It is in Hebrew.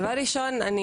דבר ראשון,